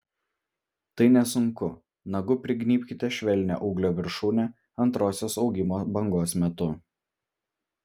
tai nesunku nagu prignybkite švelnią ūglio viršūnę antrosios augimo bangos metu